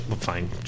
fine